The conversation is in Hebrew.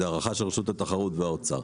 זו הערכה של רשות התחרות והאוצר.